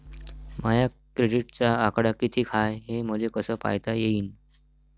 माया क्रेडिटचा आकडा कितीक हाय हे मले कस पायता येईन?